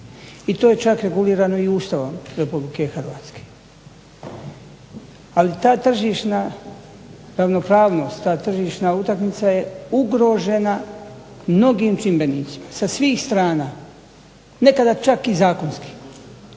I to je čak regulirano i Ustavom Republike Hrvatske. Ali ta tržišna ravnopravnost, ta tržišna utakmica je ugrožena mnogim čimbenicima, sa svih strana, nekada čak i zakonski,